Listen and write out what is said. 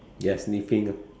ya sniffing ah